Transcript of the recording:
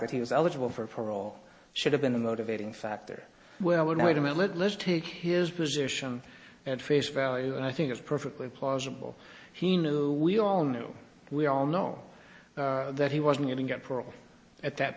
that he was eligible for parole should have been a motivating factor well wait a minute let's take his position at face value and i think it's perfectly plausible he knew we all know we all know that he wasn't getting a pro at that